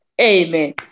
amen